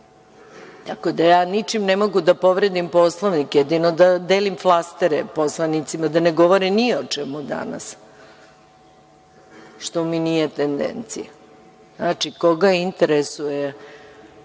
da ničim ne mogu da povredim Poslovnik. Jedino da delim flastere poslanicima da ne govore ni o čemu danas, što mi nije tendencija. Znači, koga interesuje